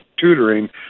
tutoring